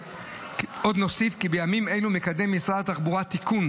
עוד נוסיף כי בימים אלו מקדם משרד התחבורה תיקון